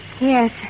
Yes